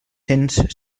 cents